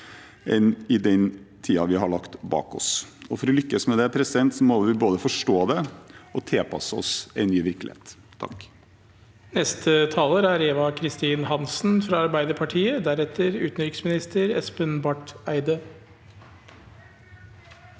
enn i den tiden vi har lagt bak oss. For å lykkes med det må vi både forstå det og tilpasse oss en ny virkelighet.